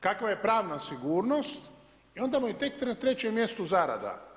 Kakva je pravna sigurnost i onda mu je tek na trećem mjestu zarada.